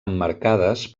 emmarcades